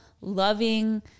loving